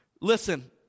Listen